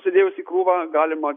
sudėjus į krūvą galima